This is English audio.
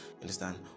understand